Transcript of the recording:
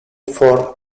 for